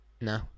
No